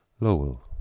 Lowell